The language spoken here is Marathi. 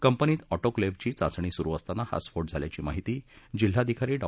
कंपनीत ऑटोक्लेव्हची चाचणी सुरू असताना हा स्फोट झाल्याची माहिती जिल्हाधिकारी डॉ